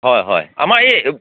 হয় হয় আমাৰ এই